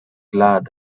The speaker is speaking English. lad